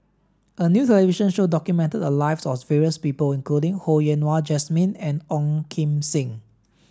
a new television show documented the lives of various people including Ho Yen Wah Jesmine and Ong Kim Seng